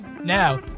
Now